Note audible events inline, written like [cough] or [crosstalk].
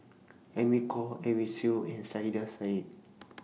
Amy Khor Edwin Siew and Saiedah Said [noise]